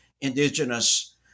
indigenous